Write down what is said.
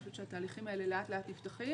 ואני חושבת שהתהליכים האלה לאט לאט נפתחים.